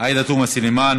עאידה תומא סלימאן,